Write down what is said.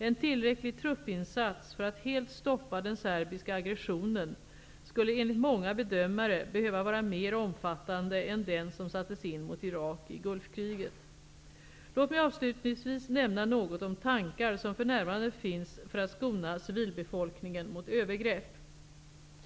En tillräcklig truppinsats för att helt stoppa den serbiska aggressionen skulle enligt många bedömare behöva vara mer omfattande än den som sattes in mot Irak i Gulfkriget. Låt mig avslutningsvis nämna något om tankar som för närvarande finns för att skona civilbefolkningen mot övergrepp.